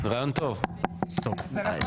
תשעה.